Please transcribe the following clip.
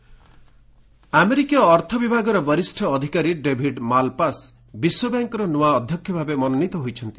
ଡବୁବି Malpass ଆମେରିକୀୟ ଅର୍ଥ ବିଭାଗର ବରିଷ୍ଣ ଅଧିକାରୀ ଡେଭିଡ୍ ମାଲ୍ ପାସ୍ ବିଶ୍ୱବ୍ୟାଙ୍କର ନୂଆ ଅଧ୍ୟକ୍ଷ ଭାବେ ମନୋନୀତ ହୋଇଛନ୍ତି